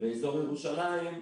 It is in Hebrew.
באזור ירושלים,